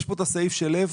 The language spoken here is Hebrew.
יש כאן את הסעיף של לב,